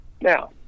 Now